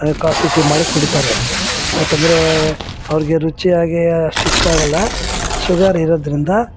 coffee tea ಮಾಡಿ ಕುಡಿತಾರೆ ಯಾಕಂದರೆ ಅವ್ರಿಗೆ ರುಚಿಯಾಗಿ ಅಷ್ಟು ಇಷ್ಟ ಆಗಲ್ಲ ಶುಗರ್ ಇರೋದರಿಂದ